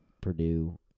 Purdue